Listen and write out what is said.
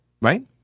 right